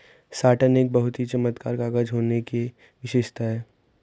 satin एक बहुत ही चमकदार कागज होने की विशेषता है